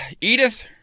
Edith